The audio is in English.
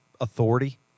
authority